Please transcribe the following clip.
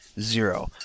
Zero